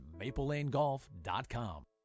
MapleLaneGolf.com